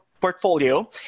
portfolio